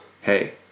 hey